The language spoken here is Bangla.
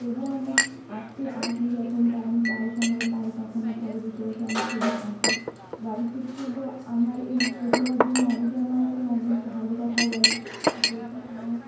তবুও আমি আঁকতে আঁকি যখন টাইম পাই সময় পাই তখনই ঘরে বসে বসে আমি ছবি আঁকি বাড়িতে খুবও আমার এই প্রতিভার জন্য অনেকে আমায়কে অনেকে ভালো কথা বলে যেটা আমার